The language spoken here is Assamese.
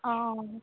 অঁ